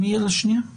אני רוצה